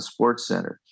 SportsCenter